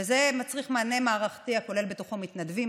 וזה מצריך מענה מערכתי הכולל בתוכו מתנדבים,